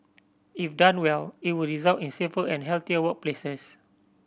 if done well it would result in safer and healthier workplaces